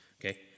okay